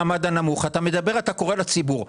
אתה אומר שאתה קורא לציבור,